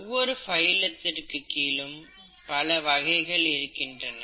ஒவ்வொரு பைலம் கீழ் பல வகைகள் இருக்கின்றன